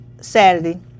Saturday